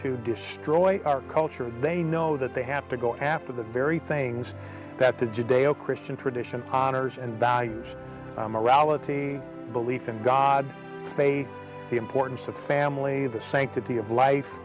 to destroy our culture they know that they have to go after the very things that the judeo christian tradition honors and values a morality belief in god faith the importance of family the sanctity of life